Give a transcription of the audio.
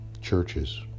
churches